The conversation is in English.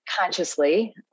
consciously